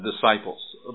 disciples